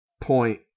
point